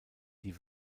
die